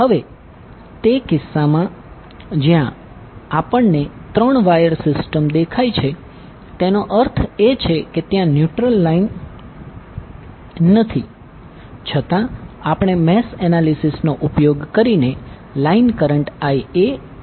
હવે તે કિસ્સામા જ્યાં આપણને ત્રણ વાયર સિસ્ટમ દેખાય છે તેનો અર્થ એ છે કે ત્યાં ન્યુટ્રલ લાઈન નથી છતાં આપણે મેશ એનાલીસીસનો ઉપયોગ કરીને લાઇન કરંટ IaIbIc ને શોધી શકીએ છીએ